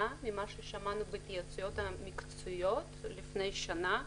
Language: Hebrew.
ממה ששמענו בהתייעצויות מקצועיות לפני שנה.